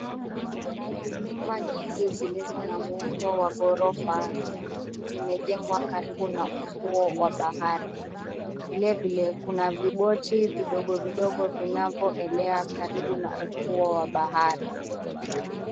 Nyumba nyingi zilizo na muhundo wa ghorofa. Zimejengwa karibu na ufuo wa bahari. Vilevile kuna viboti vidogovidogo vinavyoelea karibu na ufuo wa bahari.